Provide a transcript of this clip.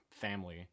family